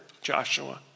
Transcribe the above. Joshua